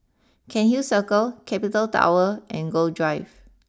Cairnhill Circle capital Tower and Gul Drive